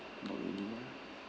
no